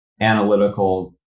analytical